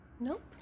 Nope